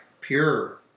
pure